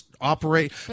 operate